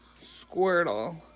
Squirtle